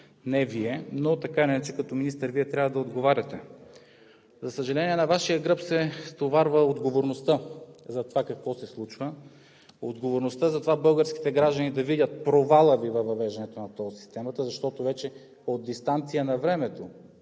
сте Вие. Но така или иначе, като министър, Вие трябва да отговаряте. За съжаление, на Вашия гръб се стоварва отговорността за това какво се случва, отговорността за това българските граждани да видят провала Ви във въвеждането на тол системата, защото вече от дистанция на времето